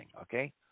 okay